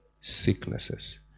sicknesses